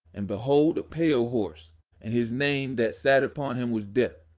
and behold a pale horse and his name that sat upon him was death,